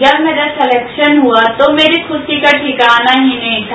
जब मेरा सलेक्शन हुआ था तो मेरी खुशी का ढिकाना ही नहीं था